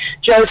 joe